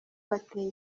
bateye